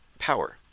power